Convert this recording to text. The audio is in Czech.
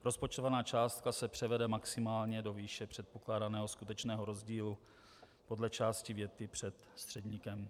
rozpočtovaná částka se převede maximálně do výše předpokládaného skutečného rozdílu podle části věty před středníkem.